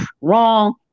Wrong